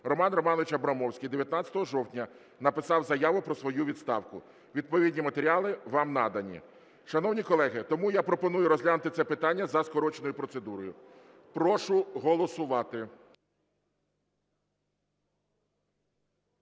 Роман Романович Абрамовський 19 жовтня написав заяву про свою відставку. Відповідні матеріали вам надані. Шановні колеги, тому я пропоную розглянути це питання за скороченою процедурою. Прошу голосувати.